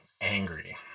angry